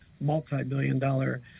multi-billion-dollar